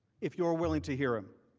if you are willing to hear him.